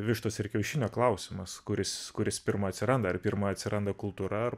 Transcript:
vištos ir kiaušinio klausimas kuris kuris pirma atsiranda ar pirma atsiranda kultūraar